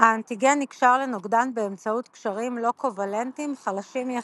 האנטיגן נקשר לנוגדן באמצעות קשרים לא-קוולנטיים חלשים יחסית.